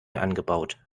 angebaut